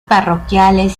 parroquiales